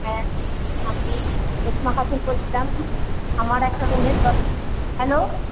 হ্যাঁ আমি মাহাতো বলছিলাম আমার একটা রুমের দর হ্যালো